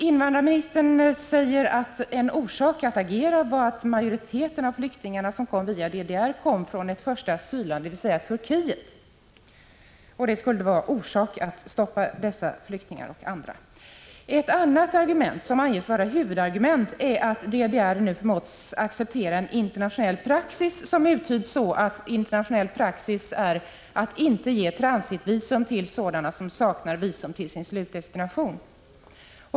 Invandrarministern säger att en orsak att agera var att majoriteten av flyktingarna som kom via DDR kom från ett första asylland, dvs. Turkiet. Det skulle vara orsak att stoppa dessa flyktingar och andra. Ett annat argument, som anges vara huvudargument, är att DDR nu förmåtts acceptera en internationell praxis att inte ge transitvisum till sådana personer som saknar visum till sin slutdestination.